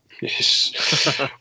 Yes